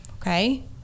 okay